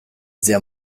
zia